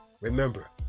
Remember